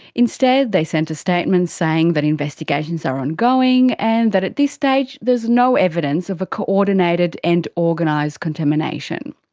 instead, they sent a statement saying that investigations are ongoing, and that at this stage there is no evidence of a coordinated and organised contamination.